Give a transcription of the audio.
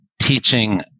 teaching